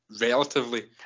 relatively